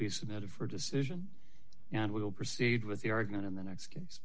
be submitted for decision and we will proceed with the argument in the next case